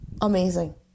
amazing